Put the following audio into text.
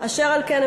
אשר על כן,